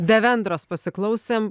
devendros pasiklausėm